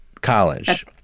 College